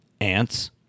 ants